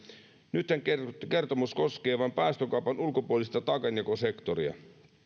nythän kertomus koskee vain päästökaupan ulkopuolista taakanjakosektoria